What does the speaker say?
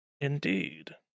Indeed